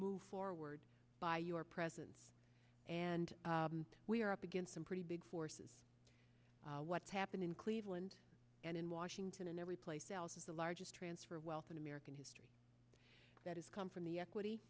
move forward by your presence and we are up against some pretty big forces what's happened in cleveland and in washington and everyplace else is the largest transfer of wealth in american history that has come from the equity